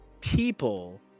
people